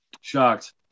Shocked